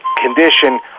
condition